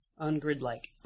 ungrid-like